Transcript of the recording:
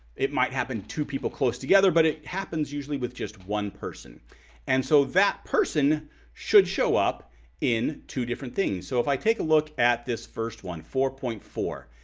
it might happen to people close together. but it happens usually with just one person and so that person should show up in two different things. so if i take a look at this first one, four point four,